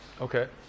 Okay